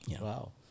Wow